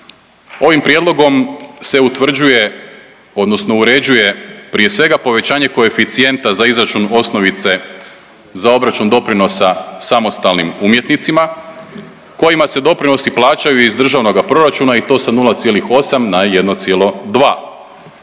ovim prijedlogom se utvrđuje, odnosno uređuje prije svega povećanje koeficijenta za izračun osnovice za obračun doprinosa samostalnim umjetnicima kojima se doprinosi plaćaju iz državnoga proračuna i to sa 0,8 na 1,2.